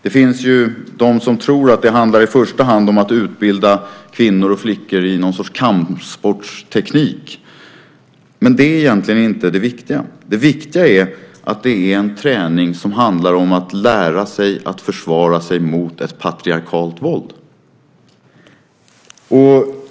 Det finns ju de som tror att det i första hand handlar om att utbilda kvinnor och flickor i någon sorts kampsportsteknik. Men det är egentligen inte det viktiga. Det viktiga är att det är en träning som handlar om att lära sig att försvara sig mot ett patriarkalt våld.